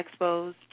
expos